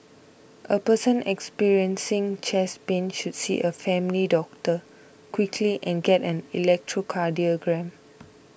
a person experiencing chest pain should see a family doctor quickly and get an electrocardiogram